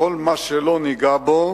וכל מה שלא ניגע בו,